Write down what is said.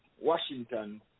Washington